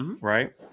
right